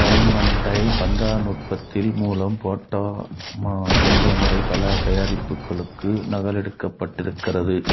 time and dye பந்தா நுட்பத்தின் மூலம் ஃபோடா மா கும்ப முறை பல தயாரிப்புகளுக்கு நகலெடுக்கப்பட்டிருக்கிறது